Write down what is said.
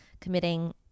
committing